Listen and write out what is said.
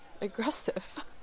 Aggressive